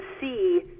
see